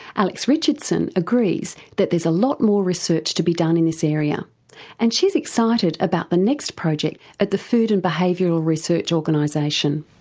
alex richardson agrees that there's a lot more research to be done in this area and she's excited about the next project at the food and behavioural research organisation.